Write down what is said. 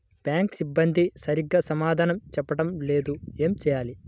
Bank సిబ్బంది సరిగ్గా సమాధానం చెప్పటం లేదు ఏం చెయ్యాలి?